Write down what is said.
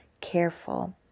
careful